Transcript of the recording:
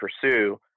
pursue